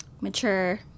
mature